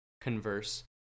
converse